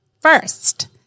First